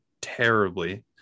terribly